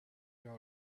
all